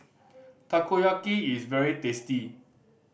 takoyaki is very tasty